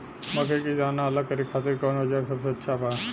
मकई के दाना अलग करे खातिर कौन औज़ार सबसे अच्छा बा?